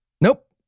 Nope